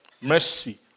Mercy